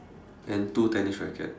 and two tennis rackets